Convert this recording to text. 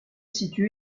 situé